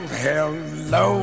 hello